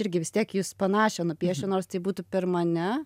irgi vis tiek jus panašią nupiešiu nors tai būtų per mane